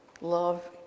Love